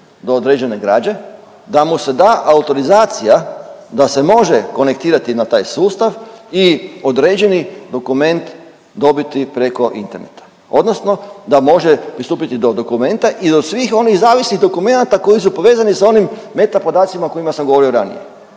do određene građe da mu se da autorizacija da se može konektirati na taj sustav i određeni dokument dobiti preko interneta odnosno da može pristupiti do dokumenta i do svih onih zavisnih dokumenata koji su povezani sa onim meta podacima o kojima sam govorio ranije.